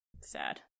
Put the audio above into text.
sad